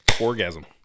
Orgasm